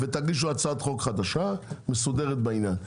תגישו הצעת חוק חדשה ומסודרת בעניין.